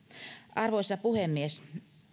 arvoisa puhemies